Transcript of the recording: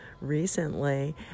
recently